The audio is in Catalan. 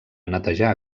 netejar